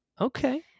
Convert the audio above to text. Okay